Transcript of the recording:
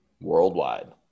Worldwide